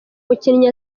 mukinnyi